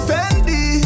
Fendi